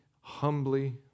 humbly